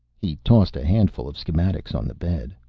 he tossed a handful of schematics on the bed.